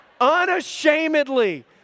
unashamedly